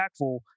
impactful